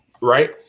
right